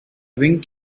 wink